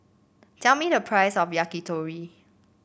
tell me the price of Yakitori